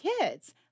kids